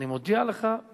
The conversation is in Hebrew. אני מודיע לך,